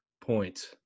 Point